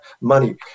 money